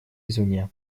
извне